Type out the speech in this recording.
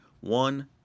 One